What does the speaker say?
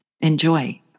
Enjoy